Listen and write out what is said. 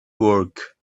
work